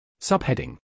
Subheading